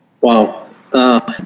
Wow